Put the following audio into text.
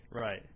right